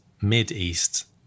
mid-east